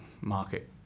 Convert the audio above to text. market